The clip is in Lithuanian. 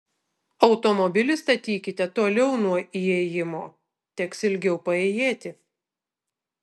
automobilį statykite toliau nuo įėjimo teks ilgiau paėjėti